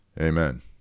Amen